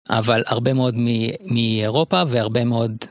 אבל הרבה מאוד מאירופה והרבה מאוד.